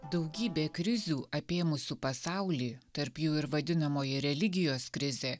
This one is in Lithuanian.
daugybė krizių apėmusių pasaulį tarp jų ir vadinamoji religijos krizė